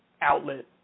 outlet